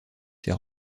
ses